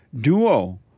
duo